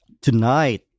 tonight